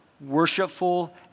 worshipful